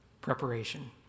preparation